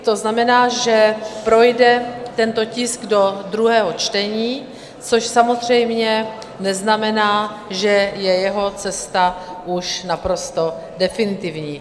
To znamená, že projde tento tisk do druhého čtení, což samozřejmě neznamená, že je jeho cesta už naprosto definitivní.